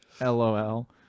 LOL